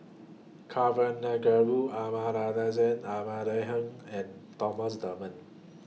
Kavignareru Amallathasan Amanda Heng and Thomas Dunman